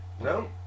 No